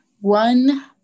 One